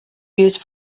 used